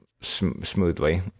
smoothly